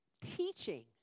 teaching